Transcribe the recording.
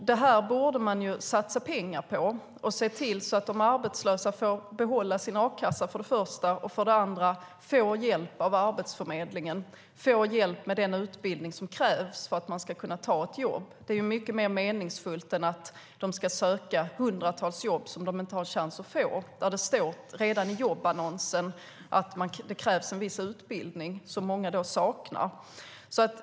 Det här borde man satsa pengar på och se till att de arbetslösa för det första får behålla sin a-kassa och för det andra får hjälp från Arbetsförmedlingen med den utbildning som krävs för att de ska kunna ta ett jobb. Det är mycket mer meningsfullt än att de ska söka hundratals jobb som de ändå inte har en chans att få. Det har stått redan i jobbannonsen att det krävs en viss utbildning som många saknar.